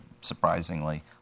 surprisingly